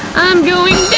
i'm going